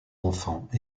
enfants